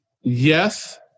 yes